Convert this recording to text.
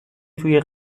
توی